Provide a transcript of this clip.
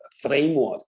framework